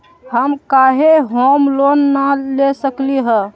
हम काहे home loan न ले सकली ह?